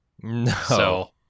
No